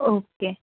okay